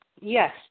Yes